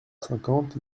cinquante